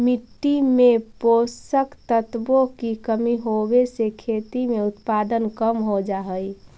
मिट्टी में पोषक तत्वों की कमी होवे से खेती में उत्पादन कम हो जा हई